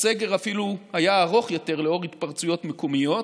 הסגר אפילו היה ארוך יותר בשל התפרצויות מקומיות,